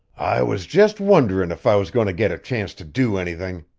i was just wonderin' if i was goin' to get a chance to do anything,